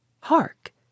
Hark